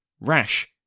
rash